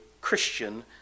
Christian